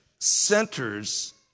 centers